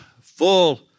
full